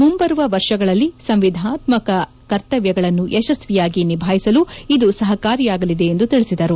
ಮುಂಬರುವ ವರ್ಷಗಳಲ್ಲಿ ಸಂವಿಧಾನಾತ್ಮಕ ಕರ್ತವ್ಯಗಳನ್ನು ಯಶಸ್ವಿಯಾಗಿ ನಿಭಾಯಿಸಲು ಇದು ಸಹಕಾರಿಯಾಗಲಿದೆ ಎಂದು ತಿಳಿಸಿದರು